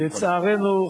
לצערנו,